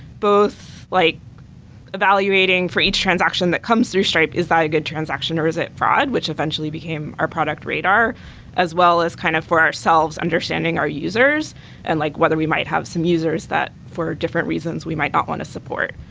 both like evaluating for each transaction that comes through stripe, is that a good transaction or is it fraud, which eventually became our product radar as well as kind of for ourselves understanding our users and like whether we might have some users that for different reasons we might not want to support.